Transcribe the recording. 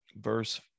verse